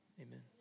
Amen